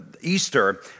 Easter